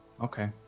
Okay